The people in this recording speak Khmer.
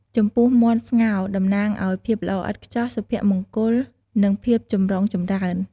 ចំពោះមាន់ស្ងោរ តំណាងឱ្យភាពល្អឥតខ្ចោះ សុភមង្គល និងភាពចម្រុងចម្រើន ។